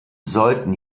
sollten